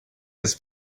his